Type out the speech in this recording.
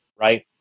right